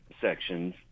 sections